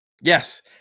Yes